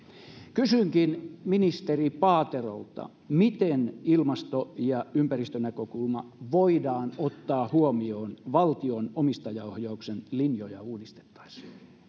kysynkin ministeri paaterolta miten ilmasto ja ympäristönäkökulma voidaan ottaa huomioon valtion omistajaohjauksen linjoja uudistettaessa